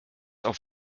auf